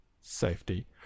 safety